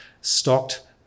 stocked